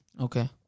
Okay